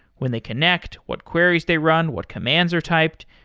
when they connect, what queries they run, what commands are typed?